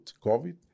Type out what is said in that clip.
COVID